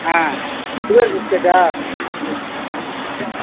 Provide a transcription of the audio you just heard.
ஆ sugar பிஸ்கட்டா ஆ சரி ம்